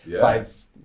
five